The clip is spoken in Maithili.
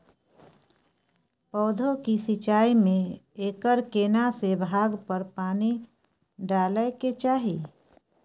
पौधों की सिंचाई में एकर केना से भाग पर पानी डालय के चाही?